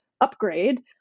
upgrade